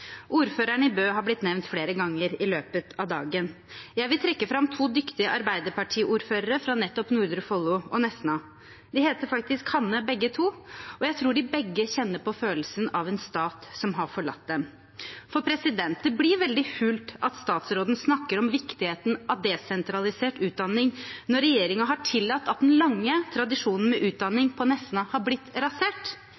Ordføreren i Bø har blitt nevnt flere ganger i løpet av dagen. Jeg vil trekke fram to dyktige Arbeiderparti-ordførere fra nettopp Nordre Follo og Nesna. De heter faktisk Hanne begge to, og jeg tror de begge kjenner på følelsen av en stat som har forlatt dem. Det blir veldig hult at statsråden snakker om viktigheten av desentralisert utdanning når regjeringen har tillatt at den lange tradisjonen med